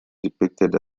depicted